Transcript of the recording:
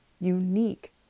Unique